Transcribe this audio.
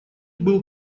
был